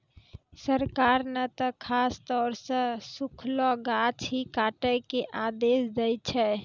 सरकार नॅ त खासतौर सॅ सूखलो गाछ ही काटै के आदेश दै छै